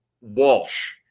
Walsh